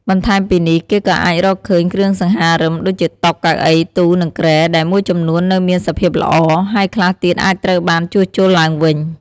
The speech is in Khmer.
បន្ថែមពីនេះ គេក៏អាចរកឃើញ គ្រឿងសង្ហារិម ដូចជាតុ កៅអី ទូ និងគ្រែ ដែលមួយចំនួននៅមានសភាពល្អ ហើយខ្លះទៀតអាចត្រូវបានជួសជុលឡើងវិញ។